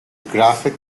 graphic